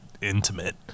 Intimate